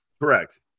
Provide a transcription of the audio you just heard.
correct